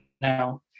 now